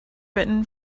written